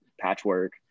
patchwork